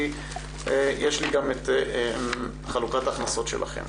כי יש לי גם את חלוקת ההכנסות שלכם